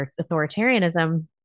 authoritarianism